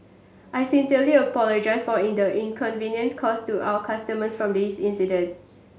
I sincerely apologise for in the inconvenience caused to our customers from this incident